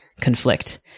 conflict